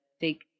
take